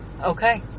Okay